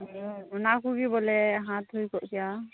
ᱚᱱᱟ ᱠᱚᱜᱮ ᱵᱚᱞᱮ ᱦᱟᱛ ᱦᱩᱭ ᱠᱚᱜ ᱠᱮᱭᱟ